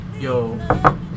Yo